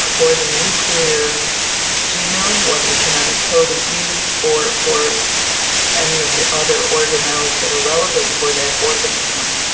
for the nuclear genome, what the genetic code is used or for any of the other organelles that are relevant for that organism.